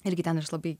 irgi ten iš labai